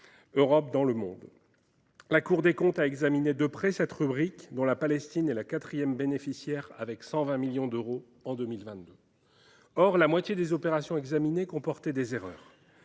Europe dans le monde : la Cour des comptes a examiné de près cette rubrique, dont la Palestine est le quatrième bénéficiaire avec 120 millions d’euros en 2022. Or la moitié des opérations examinées comportaient des erreurs.